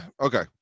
Okay